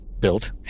built